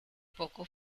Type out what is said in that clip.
poco